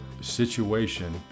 situation